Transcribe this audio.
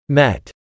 met